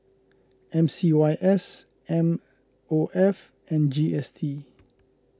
M C Y S M O F and G S T